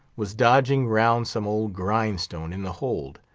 was dodging round some old grind-stone in the hold,